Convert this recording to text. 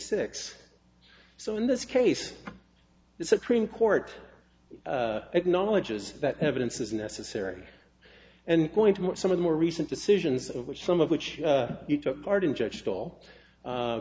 six so in this case the supreme court acknowledges that evidence is necessary and going to more some of the more recent decisions of which some of which you took part in